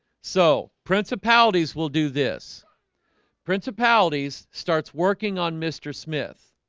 so principalities will do this principalities starts working on mr. smith,